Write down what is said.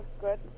good